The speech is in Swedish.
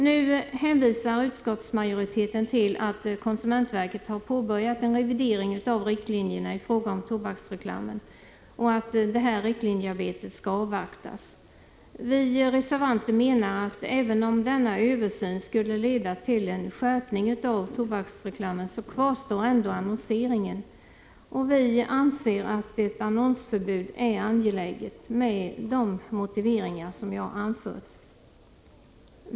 Nu hänvisar utskottsmajoriteten till att konsumentverket har påbörjat en revidering av riktlinjerna i fråga om tobaksreklamen och att detta riktlinjearbete skall avvaktas. Vi reservanter menar att även om denna översyn skulle leda till en skärpning av tobaksreklamen, så kvarstår ändå annonseringen. Och vi anser att ett annonsförbud är angeläget — med de motiveringar som jag anfört.